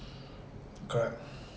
correct